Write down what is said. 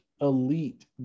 elite